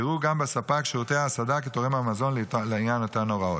יראו גם בספק שירותי ההסעדה כתורם המזון לעניין אותן הוראות.